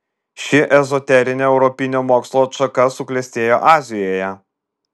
ši ezoterinė europinio mokslo atšaka suklestėjo azijoje